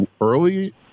early